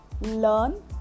learn